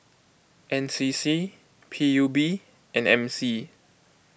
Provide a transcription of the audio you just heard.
N C C P U B and M C